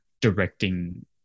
directing